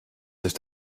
ist